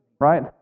right